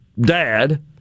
dad